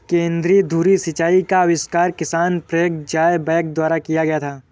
केंद्र धुरी सिंचाई का आविष्कार किसान फ्रैंक ज़ायबैक द्वारा किया गया था